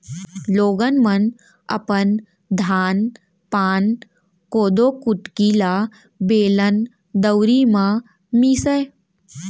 लोगन मन अपन धान पान, कोदो कुटकी ल बेलन, दउंरी म मीसय